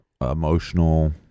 emotional